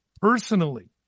personally